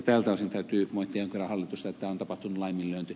tältä osin täytyy moittia kyllä hallitusta että on tapahtunut laiminlyönti